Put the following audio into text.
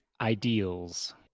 ideals